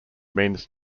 means